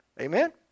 Amen